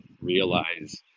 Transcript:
realize